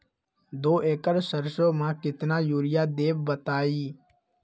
दो एकड़ सरसो म केतना यूरिया देब बताई?